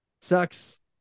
sucks